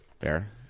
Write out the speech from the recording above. Fair